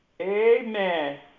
Amen